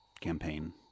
campaign